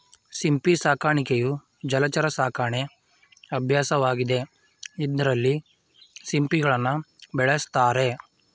ಸಿಂಪಿ ಸಾಕಾಣಿಕೆಯು ಜಲಚರ ಸಾಕಣೆ ಅಭ್ಯಾಸವಾಗಿದೆ ಇದ್ರಲ್ಲಿ ಸಿಂಪಿಗಳನ್ನ ಬೆಳೆಸ್ತಾರೆ